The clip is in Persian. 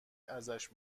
ازش